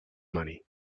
money